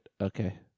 okay